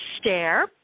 Stare